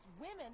women